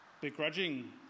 begrudging